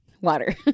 water